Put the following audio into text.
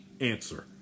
answer